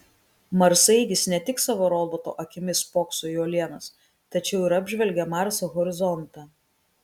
marsaeigis ne tik savo roboto akimis spokso į uolienas tačiau ir apžvelgia marso horizontą